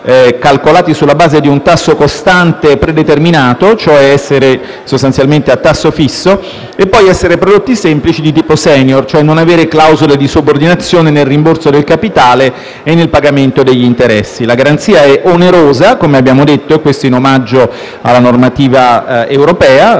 calcolati sulla base di un tasso costante e predeterminato (cioè essere sostanzialmente a tasso fisso) e poi essere prodotti semplici di tipo *senior*, cioè non avere clausole di subordinazione nel rimborso del capitale e nel pagamento degli interessi. La garanzia è onerosa, come già detto, in omaggio alla normativa europea